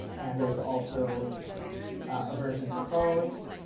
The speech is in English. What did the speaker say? and there's also a version for phones.